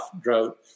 drought